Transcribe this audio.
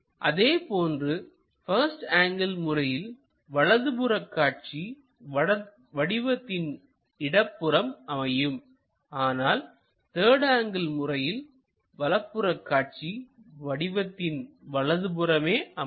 அதேபோன்று first angle முறையில் வலது புற காட்சி வடிவத்தின் இடப்புறம் அமையும் ஆனால் த்தர்டு ஆங்கிள் முறையில் வலது புற காட்சி வடிவத்தின் வலதுபுறமே அமையும்